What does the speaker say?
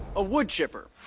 a woodchipper.